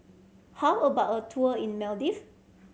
how about a tour in Maldive